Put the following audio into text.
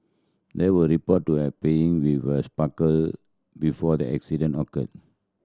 they were reported to have playing with a sparkler before the accident occurred